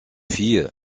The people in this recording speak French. fille